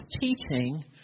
teaching